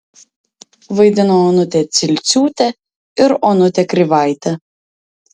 vaidino onutė cilciūtė ir onutė krivaitė